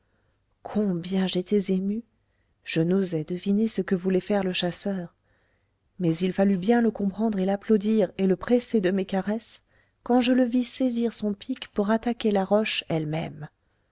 combien j'étais ému je n'osais deviner ce que voulait faire le chasseur mais il fallut bien le comprendre et l'applaudir et le presser de mes caresses quand je le vis saisir son pic pour attaquer la roche elle-même